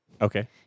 Okay